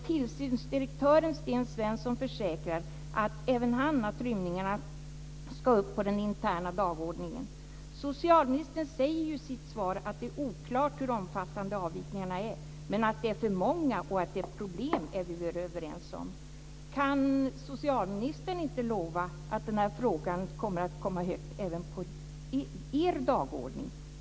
Tillsynsdirektören Sten Svensson försäkrar även han att rymningarna ska upp på den interna dagordningen. Socialministern säger ju i sitt svar att det är oklart hur omfattande avvikningarna är, men att de är för många och att det är ett problem är vi väl överens om? Kan socialministern inte lova att frågan kommer högt även på er dagordning?